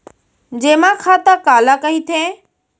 जेमा खाता काला कहिथे?